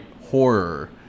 Horror